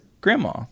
grandma